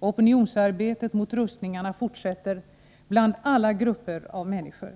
Opinionsarbetet mot rustningarna fortsätter bland alla grupper av människor.